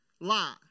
lie